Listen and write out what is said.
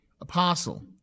apostle